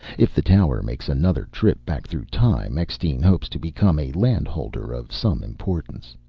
if the tower makes another trip back through time, eckstein hopes to become a landholder of some importance.